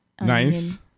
Nice